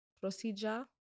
Procedure